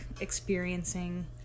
experiencing